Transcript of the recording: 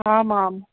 आम् आम्